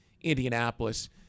Indianapolis